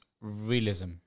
realism